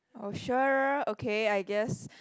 oh sure okay I guess